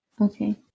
Okay